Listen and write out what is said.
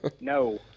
No